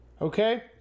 okay